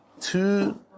two